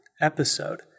episode